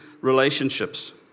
relationships